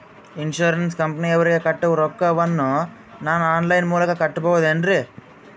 Insurance ಕಂಪನಿಯವರಿಗೆ ಕಟ್ಟುವ ರೊಕ್ಕ ವನ್ನು ನಾನು ಆನ್ ಲೈನ್ ಮೂಲಕ ಕಟ್ಟಬಹುದೇನ್ರಿ?